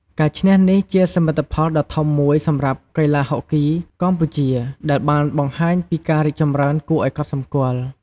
ការឈ្នះនេះជាសមិទ្ធផលដ៏ធំមួយសម្រាប់កីឡាហុកគីកម្ពុជា ដែលបានបង្ហាញពីការរីកចម្រើនគួរឲ្យកត់សម្គាល់។